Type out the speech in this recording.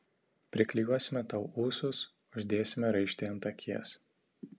priklijuosime tau ūsus uždėsime raištį ant akies